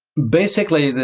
basically,